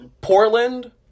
Portland